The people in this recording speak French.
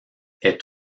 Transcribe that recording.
est